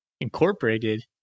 Incorporated